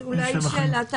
יש לי שאלת הבהרה.